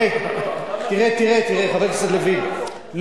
חבר הכנסת לוין,